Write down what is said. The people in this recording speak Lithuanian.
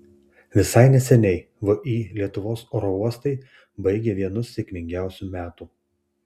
visai neseniai vį lietuvos oro uostai baigė vienus sėkmingiausių metų